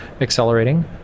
accelerating